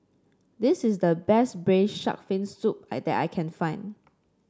this is the best braise shark fin soup I that I can find